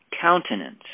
countenance